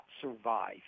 survive